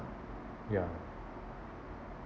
ya